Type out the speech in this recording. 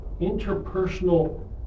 interpersonal